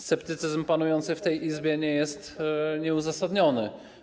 Sceptycyzm panujący w tej Izbie nie jest nieuzasadniony.